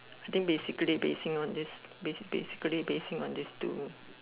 I think basically basing on this basically basing on this to